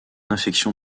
infection